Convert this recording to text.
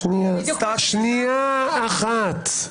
שנייה אחת.